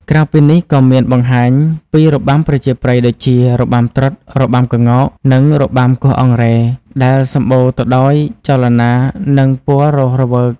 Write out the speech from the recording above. ក្រៅពីនេះ ក៏មានបង្ហាញពី របាំប្រជាប្រិយ ដូចជា របាំត្រុដិ របាំក្ងោក និងរបាំគោះអង្រែ ដែលសម្បូរទៅដោយចលនា និងពណ៌រស់រវើក។